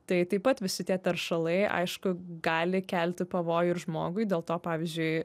tai taip pat visi tie teršalai aišku gali kelti pavojų ir žmogui dėl to pavyzdžiui